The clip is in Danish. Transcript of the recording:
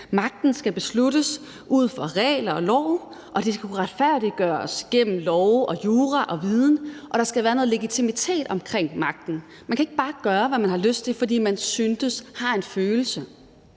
Magten skal besluttes ud fra regler og love, og den skal kunne retfærdiggøres gennem love, jura og viden, og der skal være noget legitimitet omkring magten. Man kan ikke bare gøre, hvad man har lyst til, fordi man synes noget eller